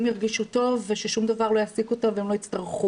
ירגישו טוב וששום דבר לא יעסיק אותם והם לא יצטרכו,